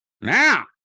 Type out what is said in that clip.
now